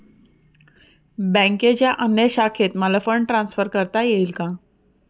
बँकेच्या अन्य शाखेत मला फंड ट्रान्सफर करता येईल का?